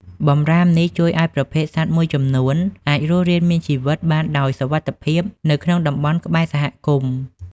បម្រាមនេះជួយឱ្យប្រភេទសត្វមួយចំនួនអាចរស់រានមានជីវិតបានដោយសុវត្ថិភាពនៅក្នុងតំបន់ក្បែរសហគមន៍។